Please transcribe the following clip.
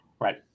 Right